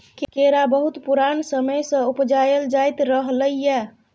केरा बहुत पुरान समय सँ उपजाएल जाइत रहलै यै